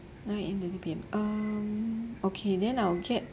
nine A_M to six P_M um okay then I'll get